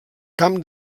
camp